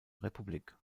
republik